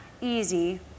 easy